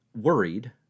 worried